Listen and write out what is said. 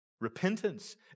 Repentance